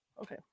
Okay